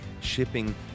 shipping